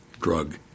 drug